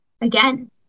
again